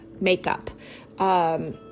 makeup